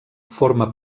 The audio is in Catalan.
forma